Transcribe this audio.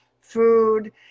food